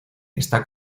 está